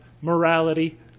morality